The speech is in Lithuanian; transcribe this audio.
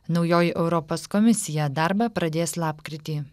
naujoji europos komisija darbą pradės lapkritį